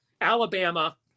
Alabama